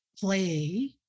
play